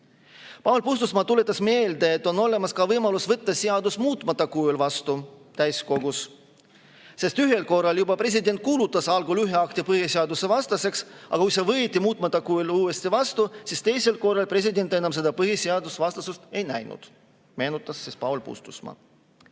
Paul Puustusmaa tuletas meelde, et on olemas ka võimalus võtta seadus täiskogus muutmata kujul vastu, sest ühel korral juba president kuulutas algul ühe akti põhiseadusvastaseks, aga kui see võeti muutmata kujul uuesti vastu, siis teisel korral president enam põhiseadusvastasust ei näinud. Seda meenutas Paul Puustusmaa.